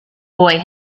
boy